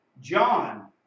John